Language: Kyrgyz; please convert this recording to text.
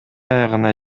аягына